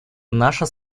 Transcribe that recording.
наша